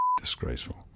disgraceful